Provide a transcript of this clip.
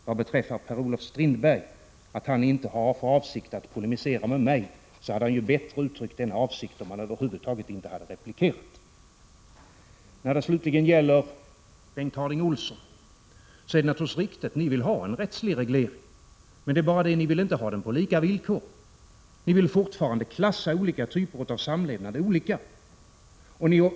Vad beträffar Per-Olof Strindbergs avsikt att inte polemisera med mig hade han bättre uttryckt denna avsikt om han över huvud taget inte hade replikerat. Slutligen, Bengt Harding Olson: Det är naturligtvis riktigt att ni vill ha en rättslig reglering, men ni vill inte ha den på lika villkor. Ni vill fortfarande klassa olika typer av samlevnad på olika sätt.